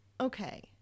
okay